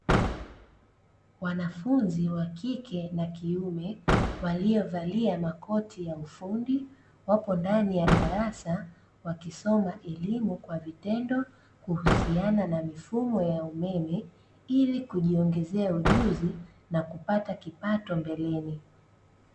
Wanafunzi wa kike na kiume, waliovalia makoti ya ufundi, wapo ndani ya darasa, wakisoma elimu kwa vitendo, Kuhusiana na mifumo ya umeme, Ili kujiongezea ujuzi na kupata kipato mbeleni.